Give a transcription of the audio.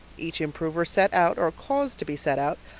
each improver set out, or caused to be set out,